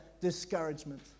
discouragement